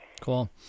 Cool